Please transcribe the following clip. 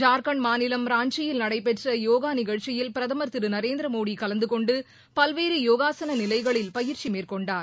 ஜார்கண்ட் மாநிலம் ராஞ்சியில் நடைபெற்ற யோகா நிகழ்ச்சியில் பிரதமர் திரு நரேந்திரமோடி கலந்தகொண்டு பல்வேறு யோகாசன நிலைகளில் பயிற்சி மேற்கொண்டார்